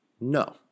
No